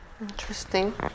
Interesting